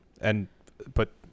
And—but—